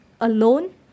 alone